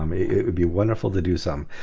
um it would be wonderful to do something.